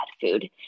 food